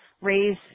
raise